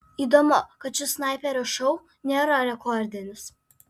įdomu kad šis snaiperio šou nėra rekordinis